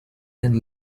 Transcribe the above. and